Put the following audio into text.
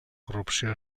corrupció